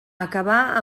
acabà